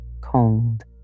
cold